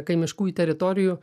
kaimiškųjų teritorijų